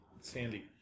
Sandy